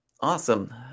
Awesome